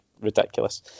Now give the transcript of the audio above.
ridiculous